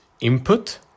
input